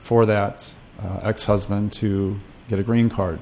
for that ex husband to get a green card